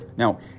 Now